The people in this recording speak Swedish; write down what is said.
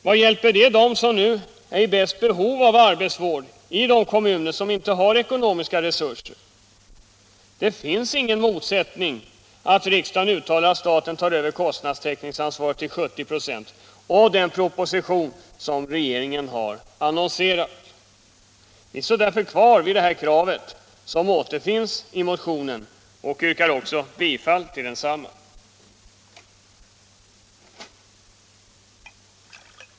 Vad hjälper det dem som nu har det största behovet av arbetsvård i de kommuner som inte har ekonomiska resurser? Det finns ingen motsättning mellan ett riksdagsbeslut om att staten tar över kostnadstäckningsansvaret till 70 26 och den proposition som regeringen har annonserat. Vi står därför kvar vid det krav som återfinns i motionen 547, och jag yrkar bifall till densamma.